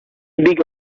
big